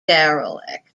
derelict